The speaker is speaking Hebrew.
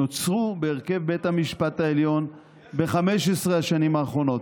שנוצרו בהרכב בית המשפט העליון ב-15 השנים האחרונות.